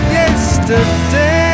yesterday